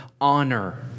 honor